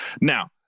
now